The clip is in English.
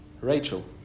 Rachel